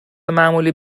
معمولی